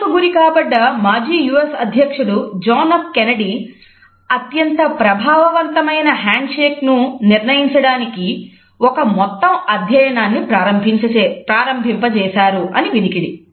హత్యకు గురి కాబడ్డ మాజీ యు ఎస్ అత్యంత ప్రభావవంతమైన హ్యాండ్షేక్ను నిర్ణయించడానికి ఒక మొత్తం అధ్యయనాన్ని ప్రారంభింపజేశారు అని వినికిడి